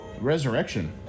Resurrection